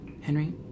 Henry